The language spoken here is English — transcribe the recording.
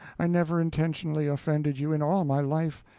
i never intentionally offended you in all my life,